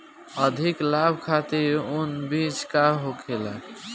अधिक लाभ खातिर उन्नत बीज का होखे?